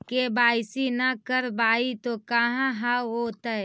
KYC न करवाई तो का हाओतै?